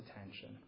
attention